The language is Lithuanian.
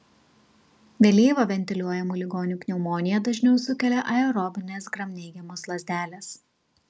vėlyvą ventiliuojamų ligonių pneumoniją dažniau sukelia aerobinės gramneigiamos lazdelės